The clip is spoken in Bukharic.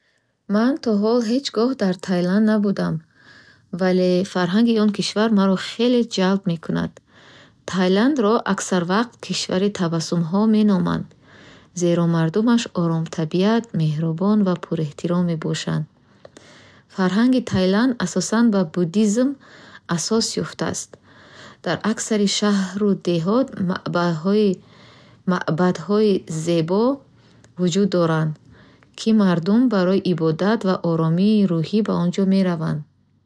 Ман то ҳол ҳеҷ гоҳ дар Таиланд набудам, вале фарҳанги он кишвар маро хеле ҷалб мекунад. Таиландро аксар вақт “кишвари табассумҳо” меноманд, зеро мардумаш оромтабиат, меҳрубон ва пурэҳтиром мебошанд. Фарҳанги Таиланд асосан ба буддизми тхеравада асос ёфтааст. Дар аксари шаҳру деҳот маъбад- маъбадҳои зебо вуҷуд доранд, ки мардум барои ибодат ва оромии рӯҳӣ ба он ҷо мераванд.